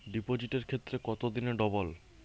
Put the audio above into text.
ডিপোজিটের ক্ষেত্রে কত দিনে ডবল?